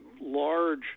large